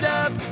up